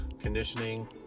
Conditioning